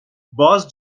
باز